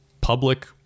public